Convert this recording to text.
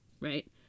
Right